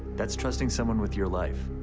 that's trusting somebody with your life.